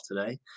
today